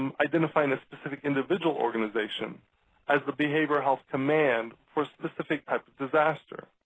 um identifying a specific individual organization as the behavioral health command for specific types of disaster.